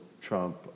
Trump